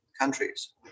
countries